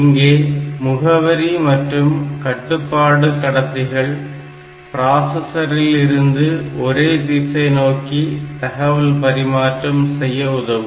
இங்கே முகவரி மற்றும் கட்டுப்பாடு கடத்திகள் பிராசஸரில் இருந்து ஒரே திசை நோக்கி தகவல் பரிமாற்றம் செய்ய உதவும்